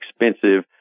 expensive